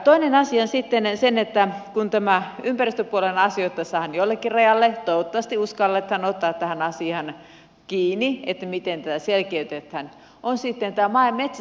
toinen asia on sitten kun ympäristöpuolen asioita saadaan jollekin rajalle toivottavasti uskalletaan ottaa tähän asiaan kiinni että miten tätä selkeytetään tämä maa ja metsätalousministeriön puoli